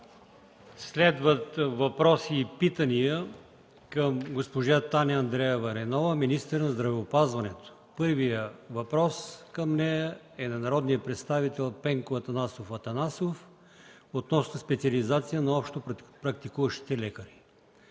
Следват въпроси и питания към госпожа Таня Андреева Райнова – министър на здравеопазването. Първият въпрос към нея е от народния представител Пенко Атанасов Атанасов относно специализация на общопрактикуващите лекари.